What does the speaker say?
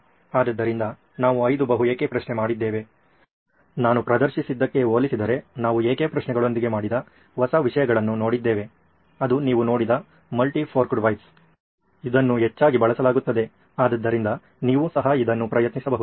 ಆದ್ದರಿಂದ ನಾವು 5 ಬಹು ಏಕೆ ಪ್ರಶ್ನೆ ಮಾಡಿದ್ದೇವೆ ನಾನು ಪ್ರದರ್ಶಿಸಿದ್ದಕ್ಕೆ ಹೋಲಿಸಿದರೆ ನಾವು ಏಕೆ ಪ್ರಶ್ನೆಗಳೊಂದಿಗೆ ಮಾಡಿದ ಹೊಸ ವಿಷಯಗಳನ್ನು ನೋಡಿದ್ದೇವೆ ಅದು ನೀವು ನೋಡಿದ ಮಲ್ಟಿ ಫೋರ್ಕ್ಡ್ ವೈಸ್ ಇದನ್ನು ಹೆಚ್ಚಾಗಿ ಬಳಸಲಾಗುತ್ತದೆ ಆದ್ದರಿಂದ ನೀವು ಸಹ ಇದನ್ನು ಪ್ರಯತ್ನಿಸಬಹುದು